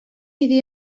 iddi